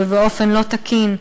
ובאופן לא תקין,